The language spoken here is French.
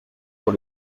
pour